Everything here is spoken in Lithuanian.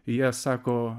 jie sako